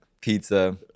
pizza